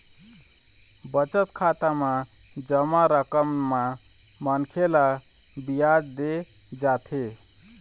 बचत खाता म जमा रकम म मनखे ल बियाज दे जाथे